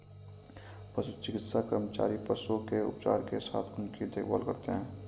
पशु चिकित्सा कर्मचारी पशुओं के उपचार के साथ उनकी देखभाल करते हैं